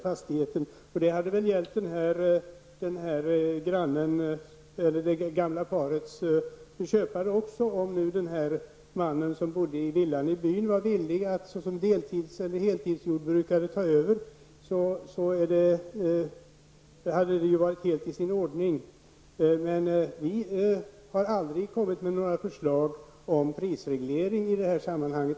Detta hade väl även gällt det gamla parets köpare om han som bodde i villan i byn hade varit villig att som deltids eller heltidsjordbrukare ta över. Då hade det varit helt i i sin ordning. Men vi har aldrig kommit med några förslag om prisreglering i detta sammanhang.